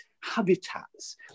habitats